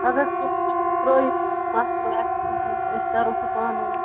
اگر کیٚنٛہہ چھُ ترٛٲیوِ سُہ مَسلہٕ اسہِ پٮ۪ٹھ تہٕ أسۍ کَرو سُہ پانٔے وۄنۍ